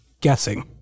Guessing